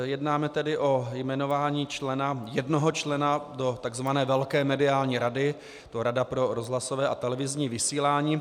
Jednáme tedy o jmenování člena, jednoho člena do tzv. velké mediální rady, je to Rada pro rozhlasové a televizní vysílání.